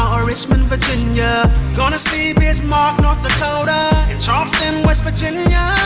or richmond, virginia gonna see bismarck, north dakota, and charleston, west virginia yeah